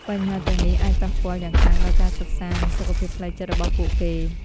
បញ្ហាទាំងនេះអាចប៉ះពាល់យ៉ាងខ្លាំងដល់ការសិក្សា និងសុខភាពផ្លូវចិត្តរបស់ពួកគេ។